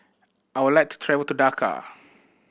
I would like to travel to Dhaka